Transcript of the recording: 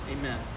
Amen